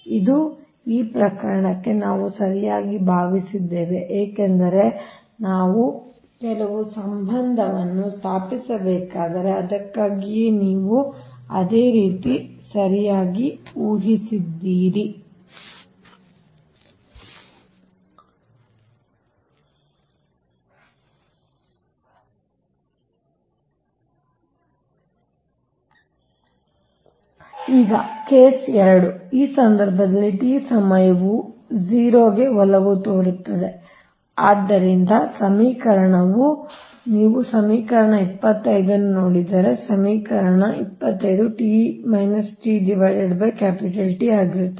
ಇದು ಈ ಪ್ರಕರಣಕ್ಕೆ ನಾವು ಸರಿಯಾಗಿ ಭಾವಿಸಿದ್ದೇವೆ ಏಕೆಂದರೆ ನಾವು ಕೆಲವು ಸಂಬಂಧವನ್ನು ಸ್ಥಾಪಿಸಬೇಕಾಗಿದೆ ಅದಕ್ಕಾಗಿಯೇ ನೀವು ಅದೇ ರೀತಿ ಸರಿಯಾಗಿ ಊಹಿಸಿದ್ದೀರಿ ಈಗ ಕೇಸ್ 2 ಈ ಸಂದರ್ಭದಲ್ಲಿ t ಸಮಯವು 0 ಗೆ ಒಲವು ತೋರುತ್ತದೆ ಆದ್ದರಿಂದ ಸಮೀಕರಣವು ನೀವು ಸಮೀಕರಣ 25 ಅನ್ನು ನೋಡಿದರೆ ಸಮೀಕರಣ 25 ಆಗಿರುತ್ತದೆ